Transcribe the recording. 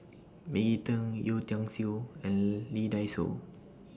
Maggie Teng Yeo Tiam Siew and Lee Dai Soh